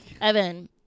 Evan